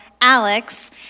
Alex